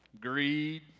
greed